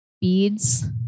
beads